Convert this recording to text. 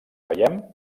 veiem